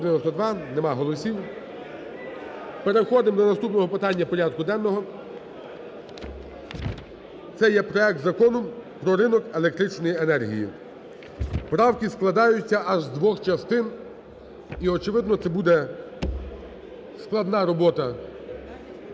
Переходимо до наступного питання порядку денного. Це є проект Закону про ринок електричної енергії. Правки складаються аж з двох частин. І очевидно це буде складна робота.